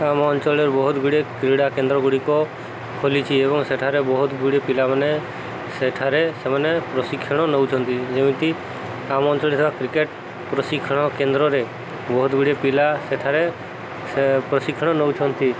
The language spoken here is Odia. ଆମ ଅଞ୍ଚଳରେ ବହୁତ ଗୁଡ଼ିଏ କ୍ରୀଡ଼ା କେନ୍ଦ୍ର ଗୁଡ଼ିକ ଖୋଲିଛି ଏବଂ ସେଠାରେ ବହୁତ ଗୁଡ଼ିଏ ପିଲାମାନେ ସେଠାରେ ସେମାନେ ପ୍ରଶିକ୍ଷଣ ନଉଛନ୍ତି ଯେମିତି ଆମ ଅଞ୍ଚଳରେ ଥିବା କ୍ରିକେଟ ପ୍ରଶିକ୍ଷଣ କେନ୍ଦ୍ରରେ ବହୁତ ଗୁଡ଼ିଏ ପିଲା ସେଠାରେ ସେ ପ୍ରଶିକ୍ଷଣ ନଉଛନ୍ତି